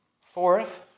Fourth